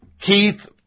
Keith